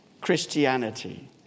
Christianity